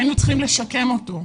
היינו צריכים לשקם אותו.